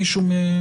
מישהו?